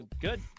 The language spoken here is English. Good